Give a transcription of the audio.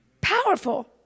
Powerful